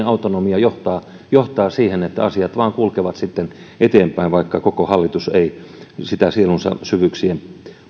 autonomia johtaa johtaa siihen että asiat vain kulkevat sitten eteenpäin vaikka koko hallitus ei sitä sielunsa syvyyksien